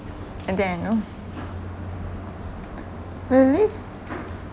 I think I know really